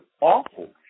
awful